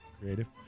Creative